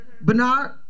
Bernard